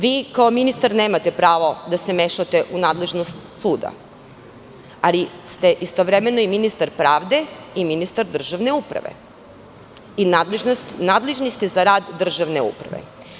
Vi kao ministar nemate pravo da se mešate u nadležnost suda, ali ste istovremeno i ministar pravde i ministar državne uprave i nadležni ste za rad državne uprave.